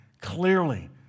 clearly